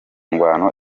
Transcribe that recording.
ingwano